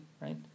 right